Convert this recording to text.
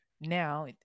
now